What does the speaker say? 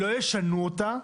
אם לא ישנו אותה.